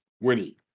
Winnie